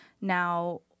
now